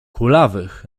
kulawych